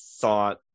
thought